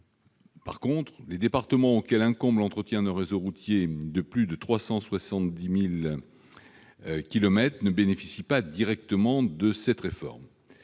produit. Or les départements, auxquels incombe l'entretien d'un réseau routier de plus de 370 000 kilomètres, ne bénéficient pas directement de cette réforme.